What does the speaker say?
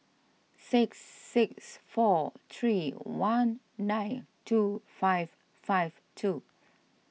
six six four three one nine two five five two